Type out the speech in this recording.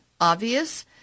obvious